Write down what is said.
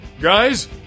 Guys